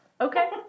Okay